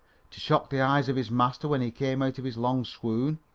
to shock the eyes of his master when he came out of his long swoon?